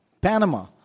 Panama